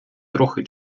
трохи